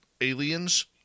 aliens